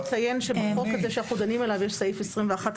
אני רוצה רק לציין שבחוק הזה שאנחנו דנים עליו יש סעיף 21א,